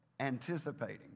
anticipating